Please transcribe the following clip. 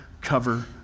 cover